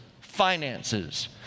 finances